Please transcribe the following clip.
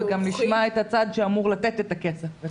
וגם נשמע את הצד שאמור לתת את הכסף.